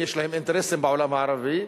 אם יש להם אינטרסים בעולם הערבי,